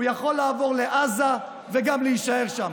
הוא יכול לעבור לעזה וגם להישאר שם.